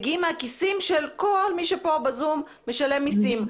מגיעים מהכיסים של כל מי שפה בזום משלם מיסים.